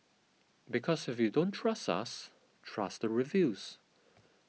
because if you don't trust us trust the reviews